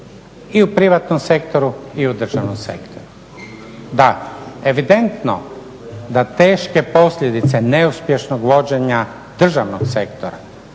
I u privatnom sektoru i u državnom sektoru. Da, evidentno da teške posljedice neuspješnog vođenja državnog sektora